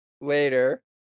later